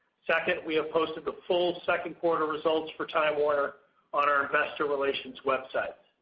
second, we have posted the full second quarter results for time warner on our investor relations website.